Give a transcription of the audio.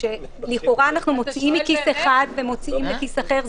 לכאורה אנחנו מוציאים מכיס אחד לכיס אחר.